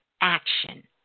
action